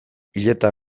hileta